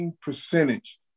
percentage